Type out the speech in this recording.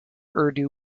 urdu